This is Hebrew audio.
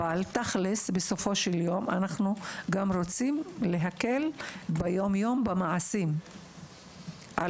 אבל בסופו של יום אנחנו גם רוצים להקל במעשים על